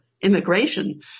immigration